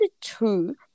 two